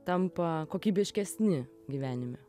tampa kokybiškesni gyvenime